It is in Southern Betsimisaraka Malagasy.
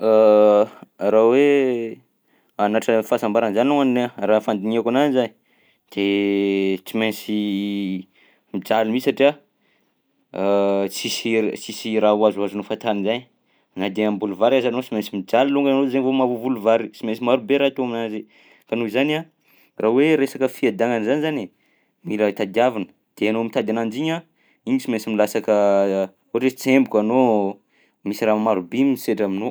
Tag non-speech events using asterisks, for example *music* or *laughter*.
*hesitation* Raha hoe hanatra fahasambarana zany alongany a raha fandinihako anazy zay, de tsy maintsy mijaly mi satria *hesitation* tsisy sisy raha ho azoazonao fahatany zainy na dia hamboly vary aza ianao sy mainsy mijaly longany ianao zay maha-voavoly vary, sy mainsy maro be raha atao aminazy, ka noho izany a raha hoe resaka fiadanana zany zany e, mila tadiavina de ianao mitady ananjy igny a igny sy mainsy milasaka *hesitation* ohatra hoe tsemboka anao, misy raha maro bi misedra aminao.